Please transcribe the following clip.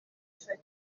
cyane